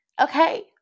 okay